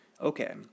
okay